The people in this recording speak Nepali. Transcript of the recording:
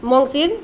मङ्सिर